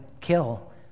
kill